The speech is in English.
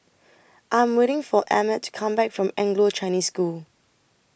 I Am waiting For Emmett to Come Back from Anglo Chinese School